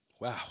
Wow